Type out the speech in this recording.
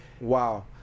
Wow